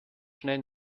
schnell